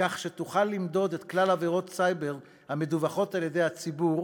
כך שתוכל למדוד את כלל עבירות הסייבר המדווחות על-ידי הציבור